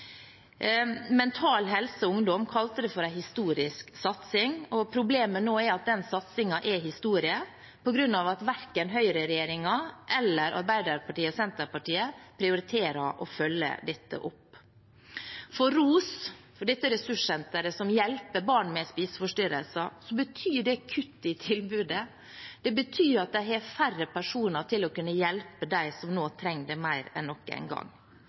Mental Helse Ungdom kalte det for en historisk satsing. Problemet nå er at den satsingen er historie, på grunn av at verken høyreregjeringen eller Arbeiderpartiet og Senterpartiet prioriterer å følge dette opp. For ROS, dette ressurssenteret som hjelper barn med spiseforstyrrelser, betyr det kutt i tilbudet. Det betyr at de har færre personer til å kunne hjelpe dem som nå trenger det mer enn noen gang.